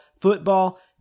football